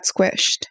squished